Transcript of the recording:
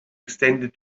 extended